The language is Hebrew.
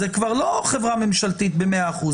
זו כבר לא חברה ממשלתית במאה אחוז.